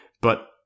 but-